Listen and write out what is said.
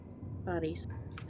bodies